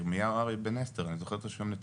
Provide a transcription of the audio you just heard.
ירמיהו ארי בן - אני זוכר תמיד את